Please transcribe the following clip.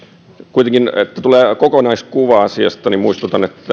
että tulee kokonaiskuva asiasta niin muistutan että